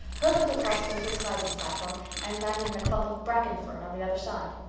hurtled across the little siding platform, and landed in a clump of bracken fern on the other side.